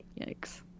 Yikes